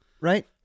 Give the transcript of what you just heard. right